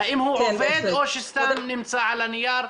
האם הוא עובד או שסתם נמצא על הנייר,